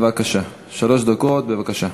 שלוש דקות, בבקשה.